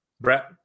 Brett